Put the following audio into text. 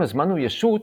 אם הזמן הוא ישות,